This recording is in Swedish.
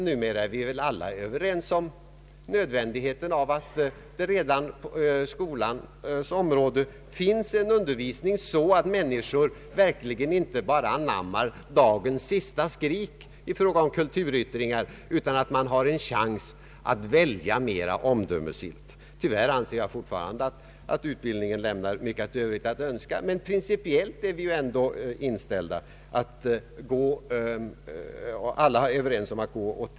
Numera är vi väl alla överens om nödvändigheten av att det redan i skolan finns en undervisning som gör att människor verkligen inte bara anammar det sista skriket i fråga om kulturyttringar, utan att man har en chans att välja mer omdömesgillt. Tyvärr anser jag fortfarande att utbildningen lämnar mycket övrigt att önska, men principiellt är vi ändå överens om sådan undervisning i skolan och om den personliga friheten.